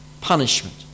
punishment